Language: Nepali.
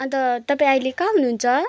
अन्त तपाईँ अहिले कहाँ हुनुहुन्छ